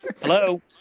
hello